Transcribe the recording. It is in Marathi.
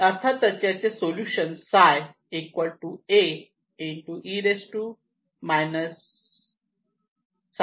अर्थातच याचे सोल्युशन ψ असे आहे